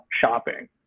shopping